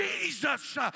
Jesus